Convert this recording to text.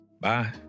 Bye